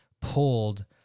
pulled